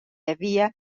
havia